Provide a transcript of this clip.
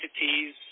entities